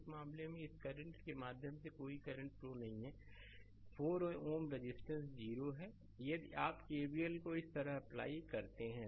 इस मामले में इस करंट के माध्यम से कोई करंट फ्लो नहीं है 4 Ω रेजिस्टेंस 0 है यदि आप केवीएल को इस तरह से अप्लाई करते हैं